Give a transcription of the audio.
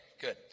good